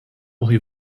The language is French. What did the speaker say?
aurait